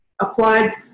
applied